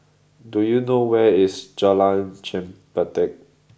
do you know where is Jalan Chempedak